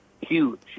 huge